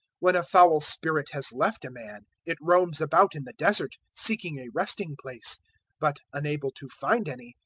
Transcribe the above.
when a foul spirit has left a man, it roams about in the desert, seeking a resting-place but, unable to find any,